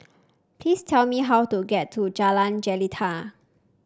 please tell me how to get to Jalan Jelita